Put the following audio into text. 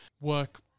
work